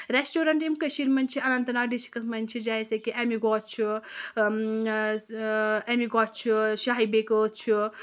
restaurant یِم کٔشیٖرِ منٛز چھِ اننت ناگ ڈِسٹِرٛکَس منٛز چھِ جیسے کہِ اٮ۪مِگو چھُ اٮ۪مِگو چھُ شاہی بیکٲز چھُ